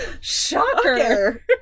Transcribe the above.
Shocker